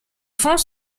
fonds